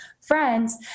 friends